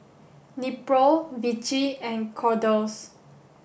Nepro Vichy and Kordel's